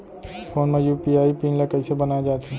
Phone म UPI pin ल कइसे बनाये जाथे?